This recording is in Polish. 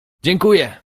dziękuję